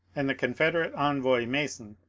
and the confederate envoy, mason,